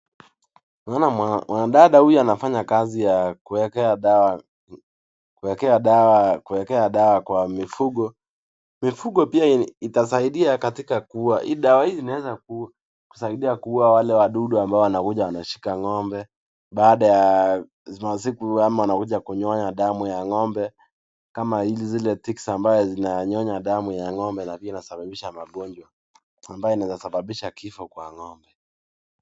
Naona mwanadada huyu anafanya kazi ya kuwekea dawa kwa mifugo. Mifugo pia itasaidia katika kuuwa, dawa hii inaweza kusaidia kuuwa wale wadudu ambao wanakuja wanashinka ng'ombe baada ya masiku ama wanakuja kunyonya damu ya ng'ombe, kama hizi ticks ambaye inanyonya damu ya ng'ombe na pia inasababisha majonjwa ambaye inaweza kusababisha kifo kwa ngome.